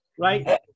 Right